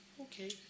Okay